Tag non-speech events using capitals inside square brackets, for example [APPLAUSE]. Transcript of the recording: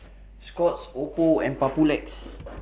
[NOISE] Scott's Oppo and Papulex